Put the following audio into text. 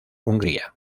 hungría